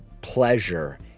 pleasure